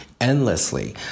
endlessly